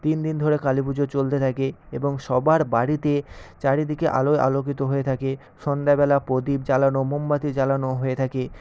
তিন দিন ধরে কালী পুজো চলতে থাকে এবং সবার বাড়িতে চারিদিকে আলোয় আলোকিত হয়ে থাকে সন্ধ্যাবেলা প্রদীপ জ্বালানো মোমবাতি জ্বালানো হয়ে থাকে